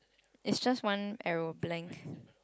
it's just one aeroplane